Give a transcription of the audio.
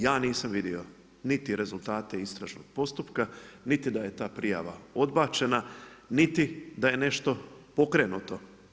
Ja nisam vidio niti rezultate istražnog postupka, niti da je ta prijava odbačena, niti da je nešto pokrenuto.